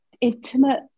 intimate